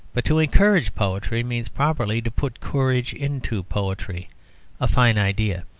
but to encourage poetry means properly to put courage into poetry a fine idea.